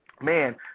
Man